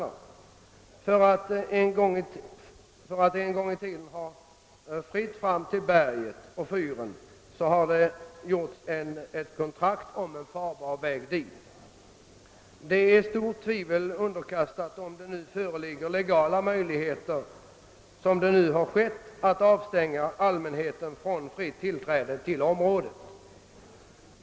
Efter det att vägen fram till berget och fyren en gång var fri har det gjorts ett kontrakt om en farbar väg dit. Det är tvivelaktigt om det föreligger legala möjligheter att som nu skett avstänga allmänheten från fritt tillträde till området.